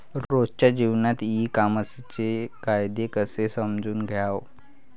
रोजच्या जीवनात ई कामर्सचे फायदे कसे समजून घ्याव?